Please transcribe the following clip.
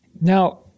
Now